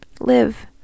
live